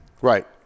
Right